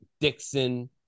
Dixon